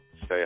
Say